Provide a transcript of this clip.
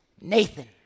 Nathan